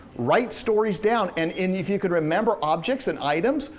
write stories down and if you can remember objects and items,